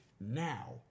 now